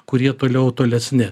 kurie toliau tolesni